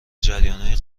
جریانهای